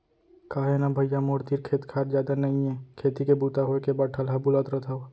का हे न भइया मोर तीर खेत खार जादा नइये खेती के बूता होय के बाद ठलहा बुलत रथव